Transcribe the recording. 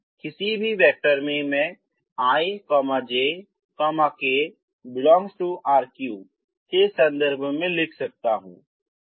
क्योंकि किसी भी वेक्टर में मैं ijk R3 के संदर्भ में लिख सकता हूँ